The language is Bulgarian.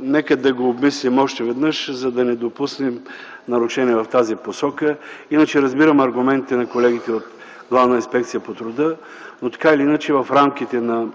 Нека да го обмислим още веднъж, за да не допуснем нарушение в тази посока. Иначе разбирам аргументите на колегите от Главна инспекция по труда, но, така или иначе, в рамките на